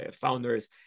founders